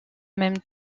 même